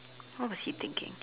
what was he thinking